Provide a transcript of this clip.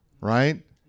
right